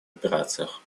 операциях